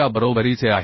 च्या बरोबरीचे आहे